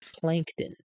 Plankton